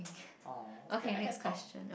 [aw] I can talk